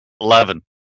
Eleven